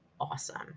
awesome